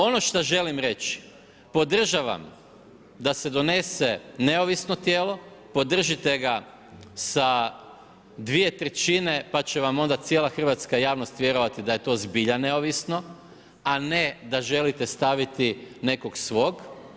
Ono što želim reći, podržavam da se donese neovisno tijelo, podržite ga sa 2/3 pa će vam onda cijela Hrvatska javnost vjerovati da je to zbilja neovisno, a ne da želite staviti nekog svog.